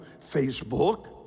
Facebook